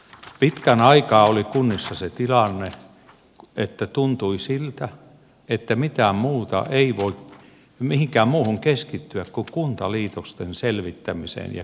pitkän aikaa oli kunnissa se tilanne että tuntui siltä että mihinkään muuhun ei voi keskittyä kuin kuntaliitosten selvittämiseen ja kehittämistie hyytyi